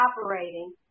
operating